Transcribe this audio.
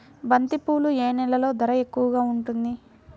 బంతిపూలు ఏ నెలలో ధర ఎక్కువగా ఉంటుంది?